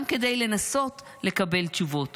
גם כדי לנסות לקבל תשובות